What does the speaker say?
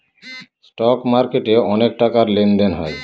stock মার্কেটে অনেক টাকার লেনদেন হয়